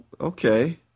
okay